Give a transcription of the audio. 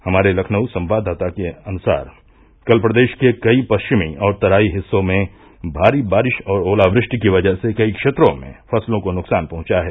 हमारे लखनऊ संवाददाता के अनुसार कल प्रदेश के कई पश्चिमी और तराई हिस्सों में भारी बारिश और ओलावृष्टि की वजह से कई क्षेत्रों में फ़सलों को नुक़सान पहुंचा है